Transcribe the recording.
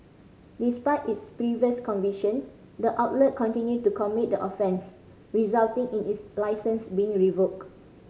despite its previous conviction the outlet continued to commit the offence resulting in its licence being revoked